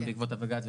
גם בעקבות הבג"צ,